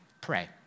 Pray